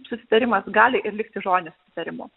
susitarimas gali ir likti žodiniu susitarimu